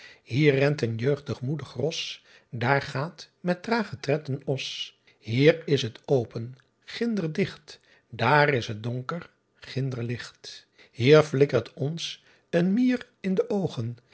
rent een jeugdig moedig ros aar gaat met tragen tred een os ier is het open ginder digt aar is het donker ginder licht ier flikkert ons een meir in d oogen